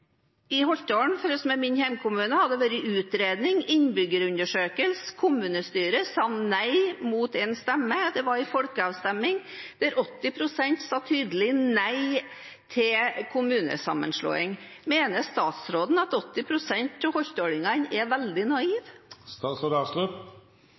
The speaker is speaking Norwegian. i innlegget sitt. I Holtålen, som er min hjemkommune, har det vært utredning og innbyggerundersøkelse. Kommunestyret sa nei, mot én stemme. Det var også en folkeavstemming der 80 pst. sa et tydelig nei til kommunesammenslåing. Mener statsråden at 80 pst. av holtålingene er veldig